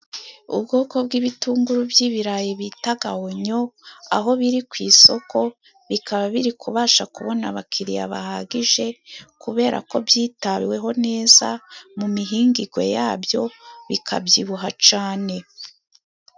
Ubwoko bw'ibitunguru by'ibirayi bita onyo aho biri ku isoko. Bikaba biri kubasha kubona abakiriya bahagije, kubera ko byitaweho neza mu mihingirwe yabyo bikabyibuha cyane.